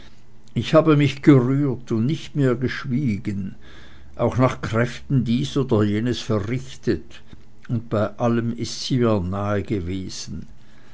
ich habe mich gerührt und nicht mehr geschwiegen auch nach kräften dies oder jenes verrichtet und bei allem ist sie mir nahe gewesen